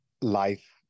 life